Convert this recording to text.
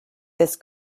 this